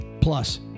plus